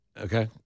Okay